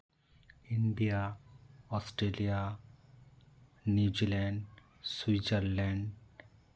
India Australia New Zealand Switzerland